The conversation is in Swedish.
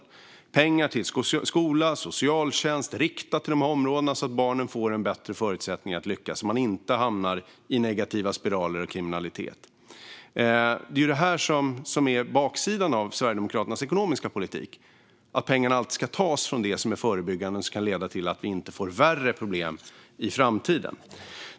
Det handlar om pengar till skola och socialtjänst, riktade till de här områdena, så att barnen får en bättre förutsättning att lyckas och inte hamnar i negativa spiraler och kriminalitet. Det är det här som är baksidan av Sverigedemokraternas ekonomiska politik, nämligen att pengarna alltid ska tas från det förebyggande arbete som kan leda till att vi inte får värre problem i framtiden.